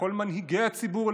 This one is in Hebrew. לכל מנהיגי הציבור,